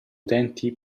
utenti